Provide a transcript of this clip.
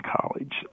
college